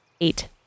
Eight